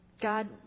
God